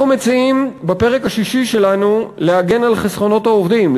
אנחנו מציעים בפרק השישי שלנו להגן על חסכונות העובדים,